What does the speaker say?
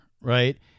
right